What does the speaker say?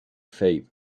said